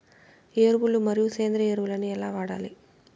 ఎరువులు మరియు సేంద్రియ ఎరువులని ఎలా వాడాలి?